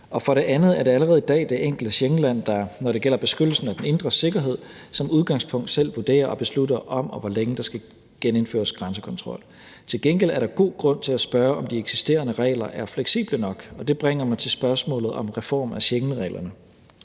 Og for det andet er det allerede i dag det enkelte Schengenland, der, når det gælder beskyttelsen af den indre sikkerhed, som udgangspunkt selv vurderer og beslutter, om og hvor længe der skal genindføres grænsekontrol. Til gengæld er der god grund til at spørge, om de eksisterende regler er fleksible nok, og det bringer mig til spørgsmålet om reform af Schengenreglerne.